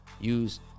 use